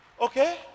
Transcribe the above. Okay